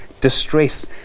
distress